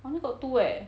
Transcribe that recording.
I only got two eh